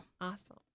awesome